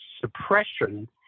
suppression